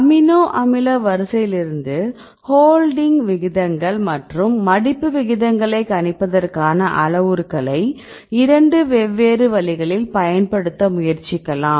amino அமில வரிசையிலிருந்து ஹோல்டிங்விகிதங்கள் மற்றும் மடிப்பு விகிதங்களை கணிப்பதற்கு அளவுருக்களை 2 வெவ்வேறு வழிகளில் பயன்படுத்த முயற்சிக்கலாம்